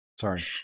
Sorry